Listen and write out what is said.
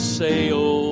sail